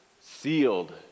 sealed